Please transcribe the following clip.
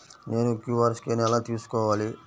నేను QR scan ఎలా తీసుకోవాలి?